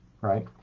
right